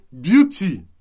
beauty